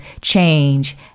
change